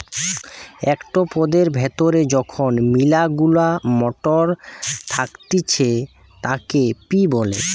একটো পদের ভেতরে যখন মিলা গুলা মটর থাকতিছে তাকে পি বলে